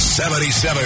77